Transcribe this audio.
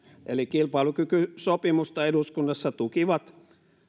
eli kilpailukykysopimusta eduskunnassa tukivat